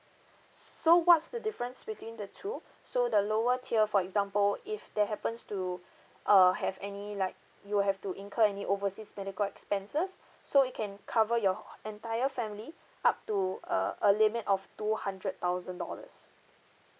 so what's the difference between the two so the lower tier for example if there happens to err have any like you will have to incur any overseas medical expenses so it can cover your entire family up to a a limit of two hundred thousand dollars